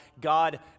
God